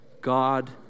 God